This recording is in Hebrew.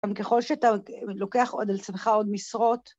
גם ככל שאתה לוקח על עצמך עוד משרות.